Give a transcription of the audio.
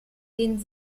den